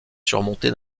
surmonté